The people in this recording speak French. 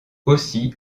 aussi